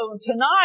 tonight